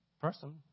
person